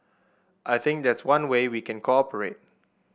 I think that's one way we can cooperate